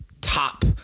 top